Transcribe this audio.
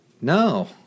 no